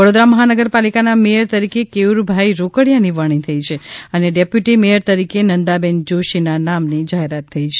વડોદરા મહાનગરપાલિકાના મેયર તરીકે કેયુરભાઇ રોકડીયાની વરણી થઇ છે અને ડેપ્યુટી મેયર તરીકે નંદાબેન જોશીના નામની જાહેરાત થઇ છે